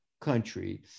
country